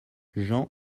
jean